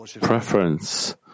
preference